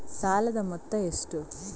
ಸಾಲದ ಮೊತ್ತ ಎಷ್ಟು?